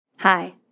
Hi